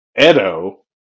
Edo